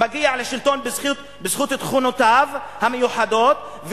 מגיע לשלטון בזכות תכונותיו המיוחדות,